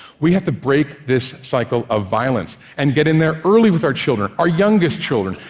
we have to break this cycle of violence and get in there early with our children, our youngest children,